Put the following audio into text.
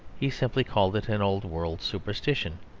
he simply called it an old-world superstition,